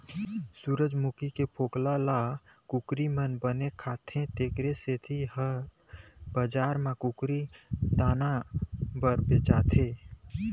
सूरजमूखी के फोकला ल कुकरी मन बनेच खाथे तेखर सेती ए ह बजार म कुकरी दाना बर बेचाथे